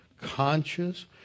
conscious